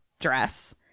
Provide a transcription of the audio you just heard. dress